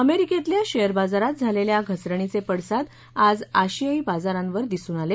अमेरिकेतल्या शेयर बाजारात आलेल्या घसरणीचे पडसाद आज आशियाई बाजारांवर दिसून आले